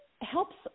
helps